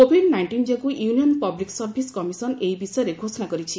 Covid nineteen ଯୋଗୁଁ union public service commission ଏହି ବିଷୟରେ ଘୋଷଣା କରିଛି